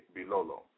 Bilolo